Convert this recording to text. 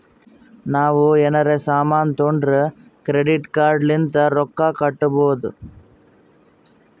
ನಾವ್ ಎನಾರೇ ಸಾಮಾನ್ ತೊಂಡುರ್ ಕ್ರೆಡಿಟ್ ಕಾರ್ಡ್ ಲಿಂತ್ ರೊಕ್ಕಾ ಕಟ್ಟಬೋದ್